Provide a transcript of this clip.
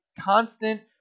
constant